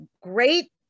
great